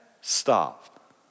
stop